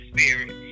Spirit